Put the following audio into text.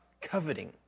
Coveting